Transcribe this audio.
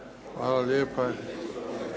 Hvala lijepa.